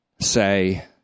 say